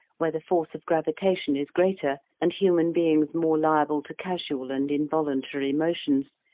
where the force of gravitation is greater, and human beings more liable to casual and involuntary motions,